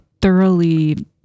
thoroughly